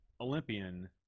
Olympian